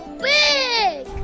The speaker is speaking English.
big